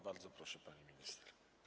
Bardzo proszę, pani minister.